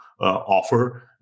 offer